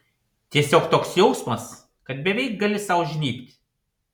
tiesiog toks jausmas kad beveik gali sau žnybt